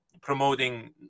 promoting